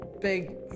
big